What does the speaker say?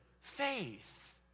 faith